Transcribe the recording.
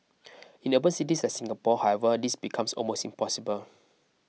in urban cities like Singapore however this becomes almost impossible